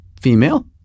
female